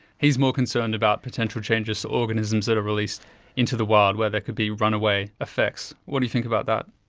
he's more concerned about potential changes to organisms that are released into the wild where there could be runaway effects. what do you think about that?